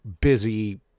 busy